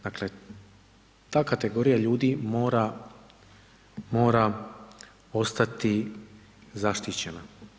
Dakle, ta kategorija ljudi mora ostati zaštićena.